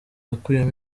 yakuyemo